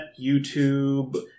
YouTube